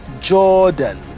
Jordan